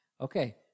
Okay